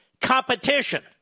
competition